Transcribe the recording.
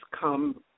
come